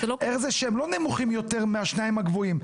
איך זה שהם לא נמוכים יותר מהשניים הגבוהים,